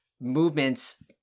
movements